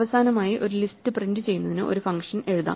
അവസാനമായി ഒരു ലിസ്റ്റ് പ്രിന്റുചെയ്യുന്നതിന് ഒരു ഫംഗ്ഷൻ എഴുതാം